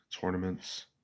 Tournaments